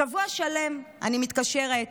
שבוע שלם אני מתקשרת,